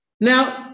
Now